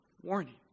warning